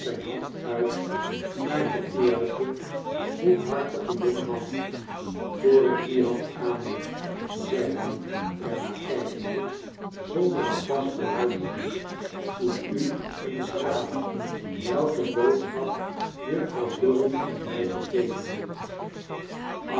hand uit naar den eerlijken goedhartigen jongen man voor ik die hand aanneem zei hij er naar kijkende zonder een pas vooruit te doen moet u eens raden welke boodschap juffrouw dorrit mij gegeven heeft